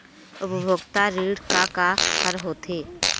उपभोक्ता ऋण का का हर होथे?